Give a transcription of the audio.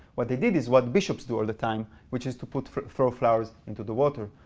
what they did is what bishops do all the time, which is to put, throw flowers into the water.